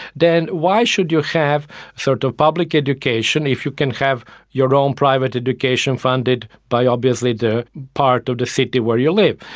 then why should you have sort of public education if you can have your own private education funded by obviously the part of the city where you live?